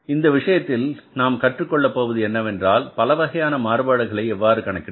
இந்த விஷயத்தில் நாம் கற்றுக் கொள்ளப் போவது என்ன என்றால் பலவகையான மாறுபாடுகளை எவ்வாறு கணக்கிடுவது